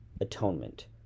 Atonement